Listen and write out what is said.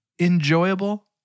enjoyable